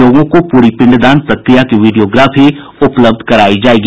लोगों को प्ररी पिंडदान प्रक्रिया की वीडियोग्राफी उपलब्ध करायी जायेगी